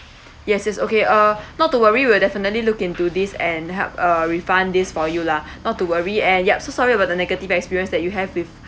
yes yes okay uh not to worry we'll definitely look into this and ha~ uh refund this for you lah not to worry and yup so sorry about the negative experience that you have with